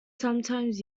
sometimes